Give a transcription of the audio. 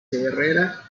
herrera